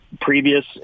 previous